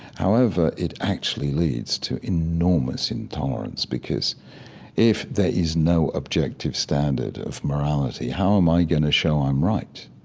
however, it actually leads to enormous intolerance because if there is no objective standard of morality, how am i going to show i'm right?